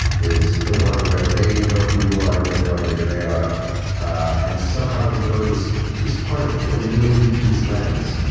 the one where they know who you are and you have no idea who they are and somehow they know this this part of you or they know you through this lens.